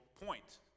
point